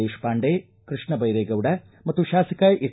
ದೇಶಪಾಂಡೆ ಕೃಷ್ಣ ದೈರೇಗೌಡ ಮತ್ತು ಶಾಸಕ ಎಚ್